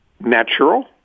natural